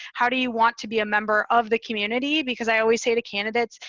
how do you want to be a member of the community? because i always say to candidates,